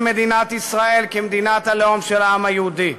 מדינת ישראל כמדינת הלאום של העם היהודי.